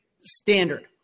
standard